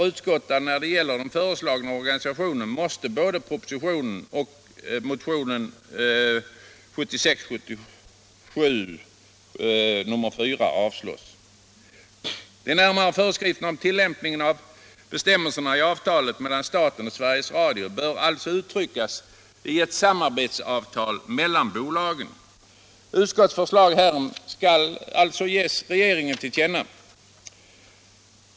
Utskottet avstyrker alltså både propositionens förslag och förslaget i motionen 1976/77:4 när det gäller organisationsformen. De närmare föreskrifterna om tillämpningen av bestämmelserna i avtalet mellan staten och Sveriges Radio bör ges i ett samarbetsavtal mellan bolagen. Utskottet föreslår att riksdagen som sin mening ger regeringen till känna vad utskottet härom anfört.